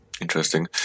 Interesting